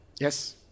Yes